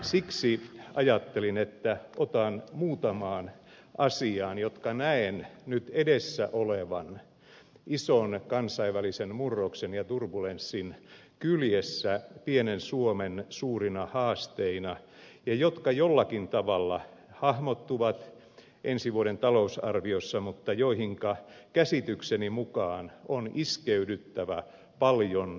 siksi ajattelin että otan muutaman asian jotka näen nyt edessä olevan ison kansainvälisen murroksen ja turbulenssin kyljessä pienen suomen suurina haasteina ja jotka jollakin tavalla hahmottuvat ensi vuoden talousarviossa mutta joihinka käsitykseni mukaan on iskeydyttävä paljon lujemmin